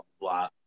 blah